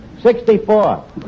Sixty-four